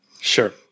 Sure